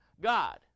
God